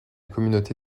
communauté